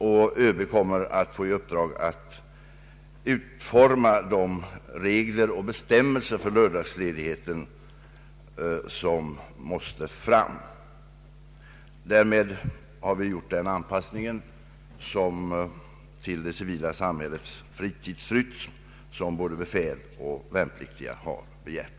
Överbefälhavaren kommer att få i uppdrag att utforma de bestämmelser för lördagsledigheten som måste fram. Därmed har vi gjort den anpassning till det civila samhällets fritidsrytm som både befäl och värnpliktiga begärt.